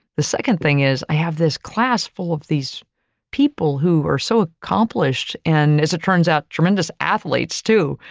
the second thing is i have this class full of these people who are so accomplished, and as it turns out, tremendous athletes too.